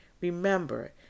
remember